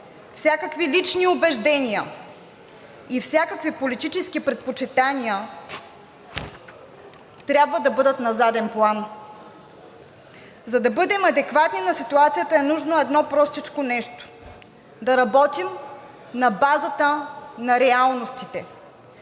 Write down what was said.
всякакви лични убеждения и всякакви политически предпочитания трябва да бъдат на заден план. За да бъдем адекватни на ситуацията, е нужно едно простичко нещо – да работим на базата на реалностите.